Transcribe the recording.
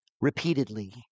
repeatedly